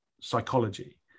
psychology